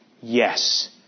Yes